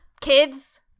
Kids